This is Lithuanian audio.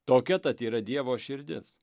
tokia tat yra dievo širdis